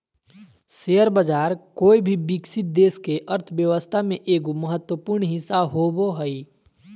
share बाज़ार कोय भी विकसित देश के अर्थ्व्यवस्था के एगो महत्वपूर्ण हिस्सा होबो हइ